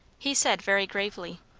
he said very gravely,